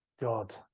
God